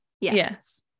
Yes